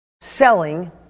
Selling